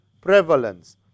prevalence